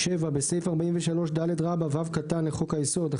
7. בסעיף 43ד(ו) לחוק היסוד,